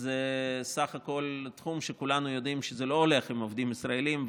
הוא בסך הכול תחום שכולנו יודעים שהוא לא הולך עם עובדים ישראלים,